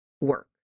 work